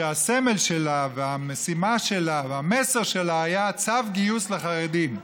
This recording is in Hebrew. שהסמל שלה והמשימה שלה והמסר שלה היו צו גיוס לחרדים,